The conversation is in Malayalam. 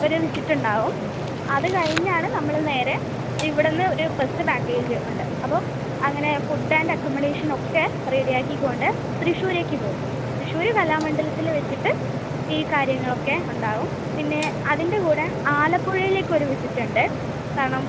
ഒരു വിസിറ്റ് ഉണ്ടാവും അത് കഴിഞ്ഞാണ് നമ്മൾ നേരെ ഇവിടുന്ന് ഒരു ബസ്സ് പാക്കേജ് ഉണ്ട് അപ്പോൾ അങ്ങനെ ഫുഡ് ആൻഡ് അക്കോമഡേഷൻ ഒക്കെ റെഡിയാക്കി കൊണ്ട് തൃശ്ശൂരേക്ക് പോകും തൃശ്ശൂർ കലാമണ്ഡലത്തിൽ വെച്ചിട്ട് ഈ കാര്യങ്ങളൊക്കെ ഉണ്ടാവും പിന്നെ അതിൻ്റെ കൂടെ ആലപ്പുഴയിലേക്ക് ഒരു വിസിറ്റ് ഉണ്ട് കാരണം